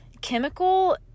chemical